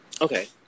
Okay